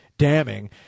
Damning